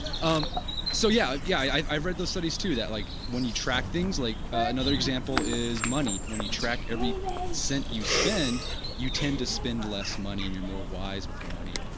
um so yeah yeah yes, i've read those studies too that like when you track things like another example is money when you track every cent you spend you tend to spend less money and you're more wise with your money